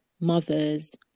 mothers